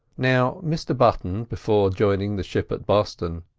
now mr button, before joining the ship at boston,